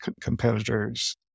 competitors